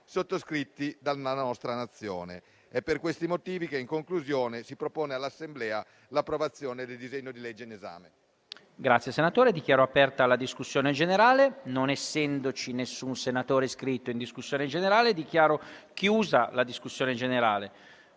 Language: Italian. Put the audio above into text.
sottoscritti dalla nostra Nazione. È per questi motivi che, in conclusione, si propone all'Assemblea l'approvazione del disegno di legge in esame.